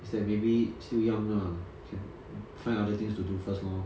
is like maybe still young lah can find other things to do first lor